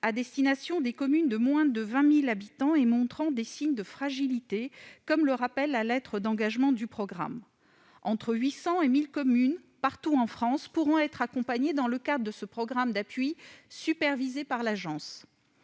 à destination des communes qui comptent moins de 20 000 habitants et montrent des signes de fragilité, comme le rappelle la lettre d'engagement du programme. Entre 800 et 1 000 communes, partout en France, pourront être accompagnées dans le cadre de ce programme d'appui supervisé par l'agence.